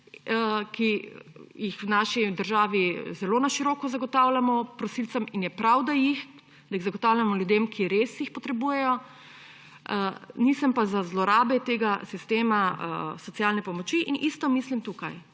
ki jih v naši državi zelo na široko zagotavljamo prosilcem; in je prav, da jih, da jih zagotavljamo ljudem, ki jih res potrebujejo. Nisem pa za zlorabe tega sistema socialne pomoči in isto mislim tukaj.